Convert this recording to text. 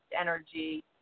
energy